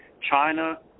China